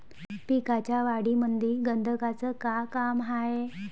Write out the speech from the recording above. पिकाच्या वाढीमंदी गंधकाचं का काम हाये?